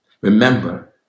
Remember